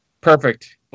Perfect